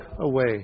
away